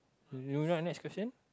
you not next question